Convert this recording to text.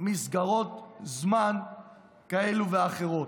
מסגרות זמן כאלו ואחרות.